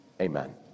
amen